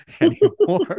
anymore